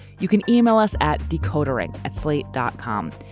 you can ah e-mail us at decoder ring at slate dot com.